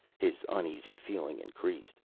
his uneasy feeling increased.